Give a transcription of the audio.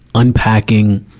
unpacking,